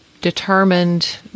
determined